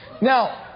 Now